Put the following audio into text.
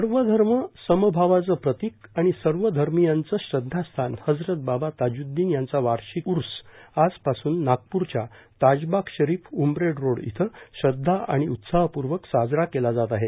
सर्वधर्म समभावाचं प्रतिक आणि सर्वधर्मीयांचं श्रध्दास्थान हजरत बाबा ताज्द्दिन यांचा वार्षिक उर्स आजपासून नागपूरच्या ताजबाग शरीफ उमरेड रोड इथं श्रध्दा आणि उत्साहपूर्वक साजरा केला जात आहे